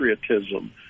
patriotism